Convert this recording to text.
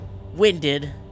winded